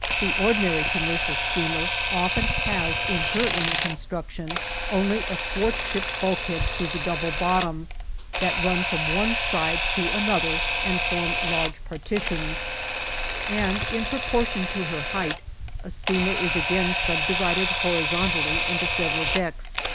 the ordinary commercial steamer often has in her inner construction only athwartship bulkheads through the double bottom that run from one side to another and form large partitions and in proportion to her height a steamer is again subdivided horizontally into several decks.